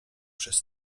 przez